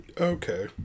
Okay